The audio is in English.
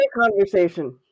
conversation